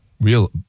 real